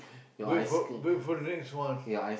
wait for wait for next one